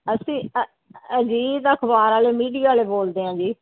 ਅਸੀਂ ਅਜੀਤ ਅਖ਼ਬਾਰ ਵਾਲੇ ਮੀਡੀਆ ਵਾਲੇ ਬੋਲਦੇ ਹਾਂ ਜੀ